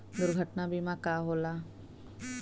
दुर्घटना बीमा का होला?